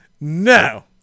No